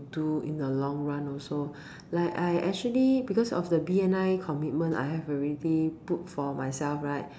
do in the long run also like I actually because of the B_N_I commitment I have already put for myself right